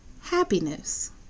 happiness